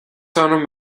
orm